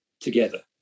together